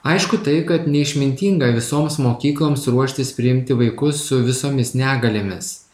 aišku tai kad neišmintinga visoms mokykloms ruoštis priimti vaikus su visomis negaliomis